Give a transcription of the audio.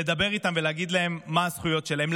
לדבר איתם ולהגיד להם מה הזכויות שלהם.